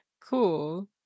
Cool